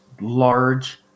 large